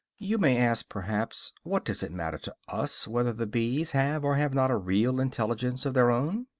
you may ask, perhaps, what does it matter to us whether the bees have or have not a real intelligence of their own?